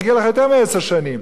מגיע לך יותר מעשר שנים.